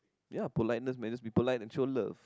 ya politeness man jsut be polite and show love